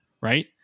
right